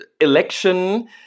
election